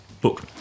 book